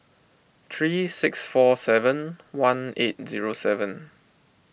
three six four seven one eight zero seven